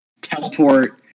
teleport